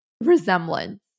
resemblance